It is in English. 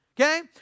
okay